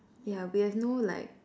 yeah we have no like